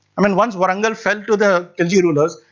i mean once warangal fell to the khilji rulers,